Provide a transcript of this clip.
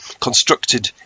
constructed